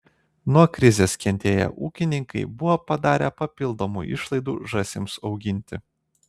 nuo krizės kentėję ūkininkai buvo padarę papildomų išlaidų žąsims auginti